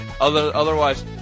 Otherwise